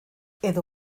edo